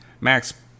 Max